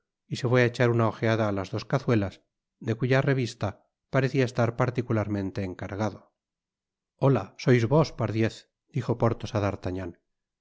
y se fué á echar una ojeada á las dos cazuelas de cuya revivía parecía estar particularmente encargado hola sois vos pardiez dijo porthos á d'artagnan